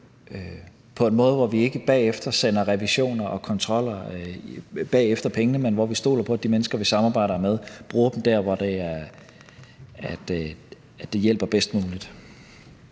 på en måde, hvor vi ikke bagefter sender revisioner og kontroller efter pengene, men hvor vi stoler på, at de mennesker, vi samarbejder med, bruger dem der, hvor de hjælper bedst muligt.